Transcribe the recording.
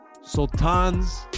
sultans